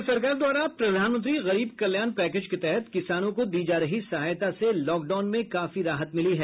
केंद्र सरकार द्वारा प्रधानमंत्री गरीब कल्याण पैकेज के तहत किसानों को दी जा रही सहायता से लॉकडाउन में काफी राहत मिली है